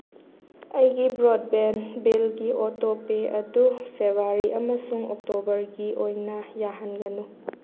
ꯑꯩꯒꯤ ꯕ꯭ꯔꯣꯗꯕꯦꯟ ꯕꯤꯜꯒꯤ ꯑꯣꯇꯣꯄꯦ ꯑꯗꯨ ꯐꯦꯕꯥꯔꯤ ꯑꯃꯁꯨꯡ ꯑꯣꯛꯇꯣꯕꯔꯒꯤ ꯑꯣꯏꯅ ꯌꯥꯍꯟꯒꯅꯨ